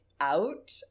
out